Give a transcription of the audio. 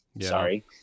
sorry